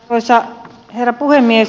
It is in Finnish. arvoisa herra puhemies